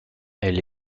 elle